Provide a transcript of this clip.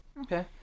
Okay